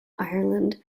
ireland